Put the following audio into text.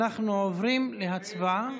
אנחנו עוברים להצבעה?